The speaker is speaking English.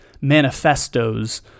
manifestos